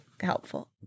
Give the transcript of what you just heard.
helpful